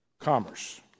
commerce